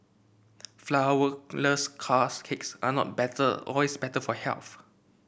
flourless cars cakes are not better always better for health